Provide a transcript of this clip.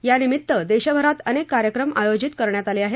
यानिमित्त देशभरात अनेक कार्यक्रम आयोजित करण्यात आले आहेत